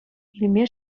илме